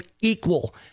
equal